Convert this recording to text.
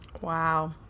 Wow